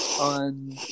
on